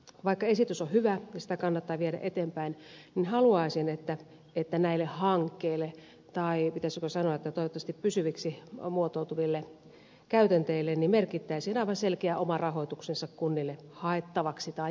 vaikka esitys on hyvä ja sitä kannattaa viedä eteenpäin niin haluaisin että näille hankkeille tai pitäisikö sanoa toivottavasti pysyviksi muotoutuville käytänteille merkittäisiin aivan selkeä oma rahoituksensa kunnille haettavaksi tai jaettavaksi